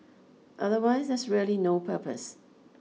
otherwise there's really no purpose